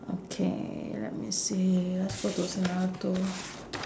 okay let me see let's go to scenario two